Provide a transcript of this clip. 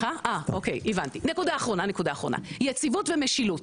נקודה אחרונה היא יציבות ומשילות,